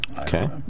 Okay